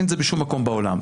אין את זה בשום מקום בעולם.